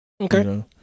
Okay